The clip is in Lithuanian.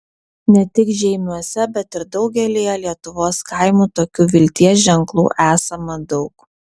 ne tik žeimiuose bet ir daugelyje lietuvos kaimų tokių vilties ženklų esama daug